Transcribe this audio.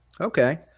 Okay